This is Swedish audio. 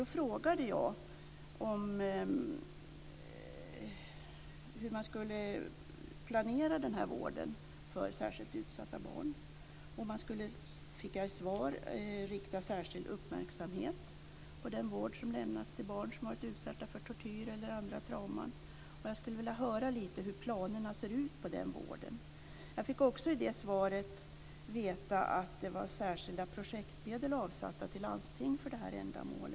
Då frågade jag hur man skulle planera vården för särskilt utsatta barn. Jag fick svaret att man skulle rikta särskild uppmärksamhet på den vård som ges till barn som varit utsatta för tortyr eller andra trauman. Jag skulle vilja höra lite hur planerna för den vården ser ut. Jag fick också i det svaret veta att särskilda projektmedel var avsatta till landstingen för detta ändamål.